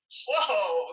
whoa